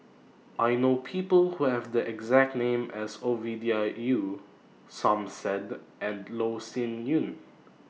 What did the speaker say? I know People Who Have The exact name as Ovidia Yu Som Said and Loh Sin Yun